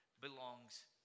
belongs